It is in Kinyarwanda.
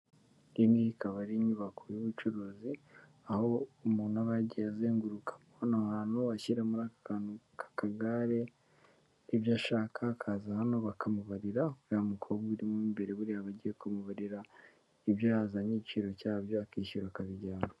Iyi ngiyi ikaba ari inyubako y'ubucuruzi, aho umuntu aba yagiye azenguruka hano hantu ashyira muri aka kagare ibyo ashaka, akaza hano bakamubarira, uriya mukobwa urimo imbere buriya agiye kumubarira ibyo yazanye igiciro cyabyo, akishyura akabijyana.